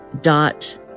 dot